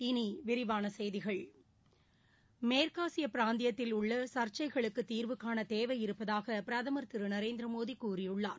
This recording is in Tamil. இனி விரிவான செய்திகள் மேற்கு ஆசிய பிராந்தியத்தில் உள்ள சர்க்கைகளுக்கு தீர்வு காண தேவையிருப்பதாக பிரதமர் திரு நரேந்திரமோடி கூறியுள்ளார்